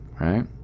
right